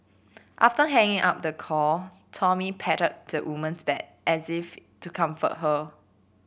after hanging up the call Tommy patted the woman's back as if to comfort her